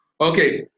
Okay